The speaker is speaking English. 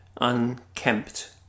unkempt